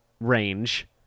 range